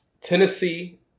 Tennessee